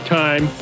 time